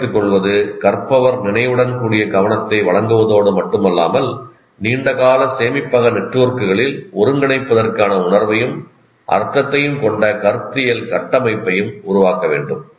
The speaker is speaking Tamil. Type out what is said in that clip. தக்கவைத்துக்கொள்வது கற்பவர் நினைவுடன் கூடிய கவனத்தை வழங்குவதோடு மட்டுமல்லாமல் நீண்டகால சேமிப்பக நெட்வொர்க்குகளில் ஒருங்கிணைப்பதற்கான உணர்வையும் அர்த்தத்தையும் கொண்ட கருத்தியல் கட்டமைப்பையும் உருவாக்க வேண்டும்